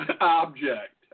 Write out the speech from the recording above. Object